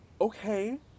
Okay